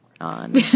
on